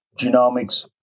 genomics